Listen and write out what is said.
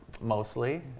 mostly